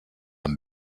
amb